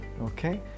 Okay